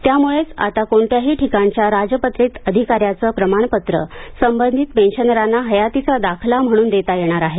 त्यामुळेच आता कोणत्याही ठिकाणच्या राजपत्रित अधिकाऱ्याचं प्रमाणपत्र संबंधित पेन्शनरांना हयातीचा दाखला म्हणून देता येणार आहे